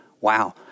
wow